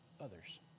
others